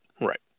right